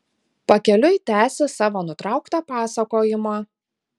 pakeliui tęsi savo nutrauktą pasakojimą